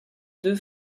deux